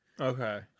Okay